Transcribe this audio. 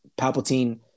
Palpatine